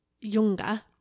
younger